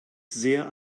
sehr